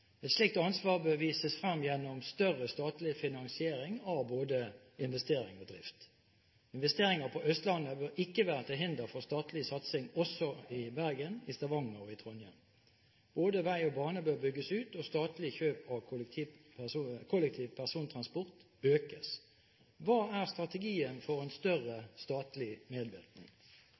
Et slikt ansvar bør vises frem gjennom større statlig finansiering av både investering og drift. Investering på Østlandet bør ikke være til hinder for statlig satsing også i Bergen, Stavanger og Trondheim. Både vei og bane bør bygges ut, og statlig kjøp av kollektiv persontransport økes. Hva er strategien for en større statlig medvirkning?»